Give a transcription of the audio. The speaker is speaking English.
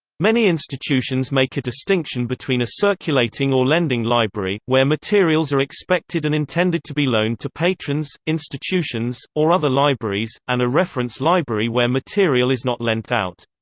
many institutions make a distinction between a circulating or lending library, where materials are expected and intended to be loaned to patrons, institutions, or other libraries, and a reference library where material is not lent out.